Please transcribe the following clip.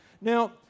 Now